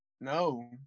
No